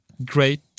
great